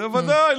בוודאי.